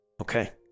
Okay